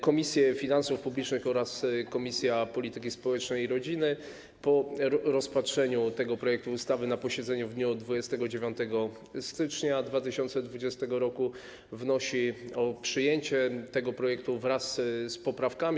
Komisja Finansów Publicznych oraz Komisja Polityki Społecznej i Rodziny po rozpatrzeniu tego projektu ustawy na posiedzeniu w dniu 29 stycznia 2020 r. wnosi o przyjęcie tego projektu wraz z poprawkami.